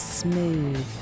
smooth